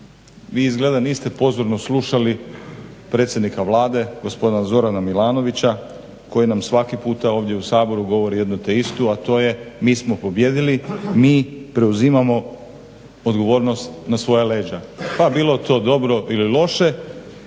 Vi izgleda niste pozorno slušali predsjednika Vlade gospodina Zorana Milanovića koji nam svaki puta ovdje u Saboru govori jedno te isto, a to je mi smo pobijedili, mi preuzimamo odgovornost na svoja leđa pa bilo to dobro ili loše